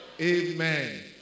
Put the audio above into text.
Amen